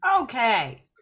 okay